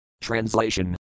Translation